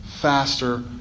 faster